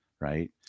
Right